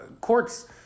courts